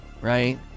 right